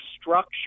structure